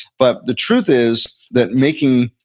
but the truth is that making,